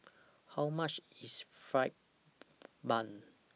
How much IS Fried Bun